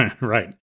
Right